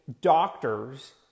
doctors